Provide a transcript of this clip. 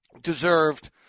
deserved